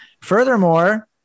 Furthermore